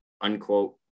unquote